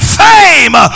fame